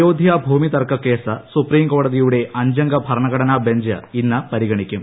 അയോധ്യ ഭൂമി തർക്കക്കേസ് സുപ്രീംകോടതിയുടെ അഞ്ചംഗ ഭരണഘടനാ ബഞ്ച് ഇന്ന് പരിഗണിക്കും